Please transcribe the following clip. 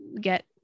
get